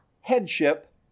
headship